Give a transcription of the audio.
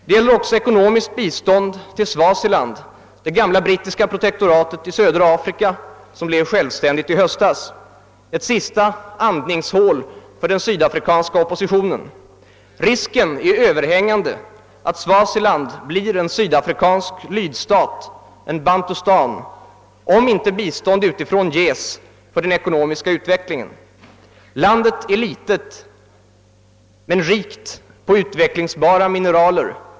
Det gäller också ekonomiskt bistånd till Swaziland, det gamla brittiska protektoratet i södra Afrika som blev självständigt i höstas — ett sista andningshål för den sydafrikanska oppositionen. Risken för att Swaziland blir en sydafrikansk lydstat, ett Bantustan, om inte bistånd utifrån ges för den ekonomiska utvecklingen, är överhängande. Landet är litet men rikt på utvecklingsbara mineraler.